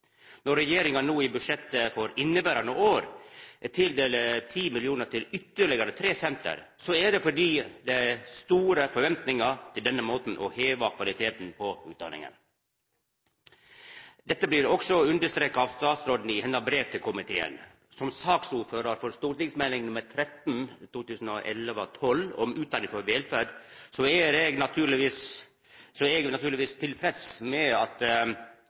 Når regjeringa no i budsjettet for inneverande år tildeler 10 mill. kr til ytterlegare tre senter, er det fordi det er store forventingar til denne måten å heva kvaliteten på utdanningane på. Dette blir òg understreka av statsråden i hennar brev til komiteen. Som saksordførar for Meld. St. 13 for 2011–2012 Utdanning for velferd er eg naturlegvis tilfreds med at